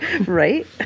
right